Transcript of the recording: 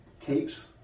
capes